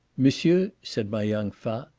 monsieur, said my young fat,